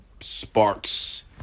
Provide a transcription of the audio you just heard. sparks